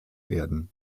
werden